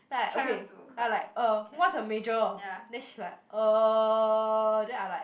then I like okay I'm like uh what's your major then she's like uh then I like